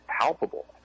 palpable